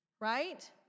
Right